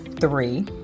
three